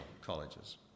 colleges